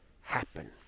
happen